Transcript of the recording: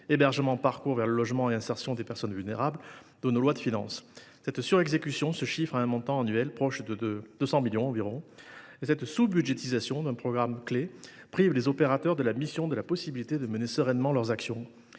Hébergement, parcours vers le logement et insertion des personnes vulnérables » de nos lois de finances. Cette surexécution se chiffre à un montant annuel proche d’environ 200 millions d’euros. La sous budgétisation d’un programme clé prive les opérateurs de la mission de la possibilité de mener sereinement leurs actions.